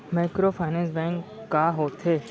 Microfinance bank का होथे?